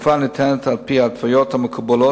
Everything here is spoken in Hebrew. והתרופה ניתנת על-פי ההתוויות המקובלות